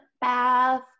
bath